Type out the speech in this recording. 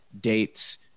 dates